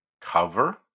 cover